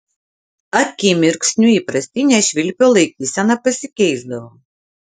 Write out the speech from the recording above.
akimirksniu įprastinė švilpio laikysena pasikeisdavo